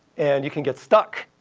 and you can get stuck.